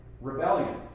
Rebellion